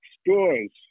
scores